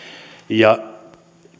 ja